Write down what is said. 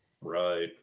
right